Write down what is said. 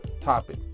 topic